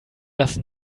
dass